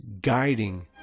guiding